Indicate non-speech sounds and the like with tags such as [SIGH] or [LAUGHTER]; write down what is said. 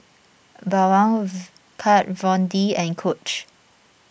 Bawang [UNINTELLIGIBLE] Kat Von D and Coach